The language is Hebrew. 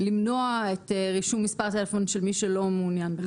למנוע את רישום את מספר הטלפון של מי שלא מעוניין בכך.